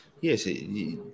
Yes